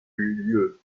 lieu